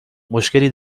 مشکلی